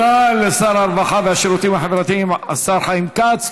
תודה לשר הרווחה והשירותים החברתיים, השר חיים כץ.